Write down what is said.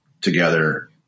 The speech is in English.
Together